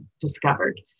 discovered